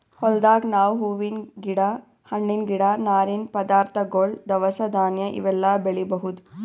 ಹೊಲ್ದಾಗ್ ನಾವ್ ಹೂವಿನ್ ಗಿಡ ಹಣ್ಣಿನ್ ಗಿಡ ನಾರಿನ್ ಪದಾರ್ಥಗೊಳ್ ದವಸ ಧಾನ್ಯ ಇವೆಲ್ಲಾ ಬೆಳಿಬಹುದ್